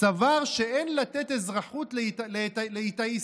סבר שאין לתת אזרחות לאתאיסטים.